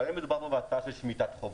אבל האם מדובר פה בהצעה של שמיטת חובות?